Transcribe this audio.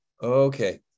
Okay